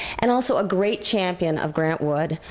and also a great champion of grant wood,